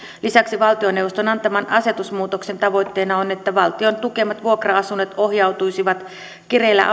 lisäksi valtioneuvoston antaman asetusmuutoksen tavoitteena on että valtion tukemat vuokra asunnot ohjautuisivat kireillä